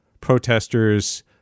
protesters